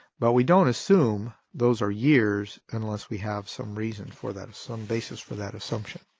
but we don't assume those are years unless we have some reason for that, some basis for that assumption.